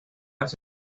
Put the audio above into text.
hace